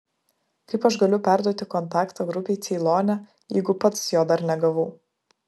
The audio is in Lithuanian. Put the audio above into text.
kaip aš galiu perduoti kontaktą grupei ceilone jeigu pats jo dar negavau